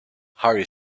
harry